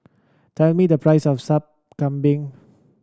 tell me the price of Sup Kambing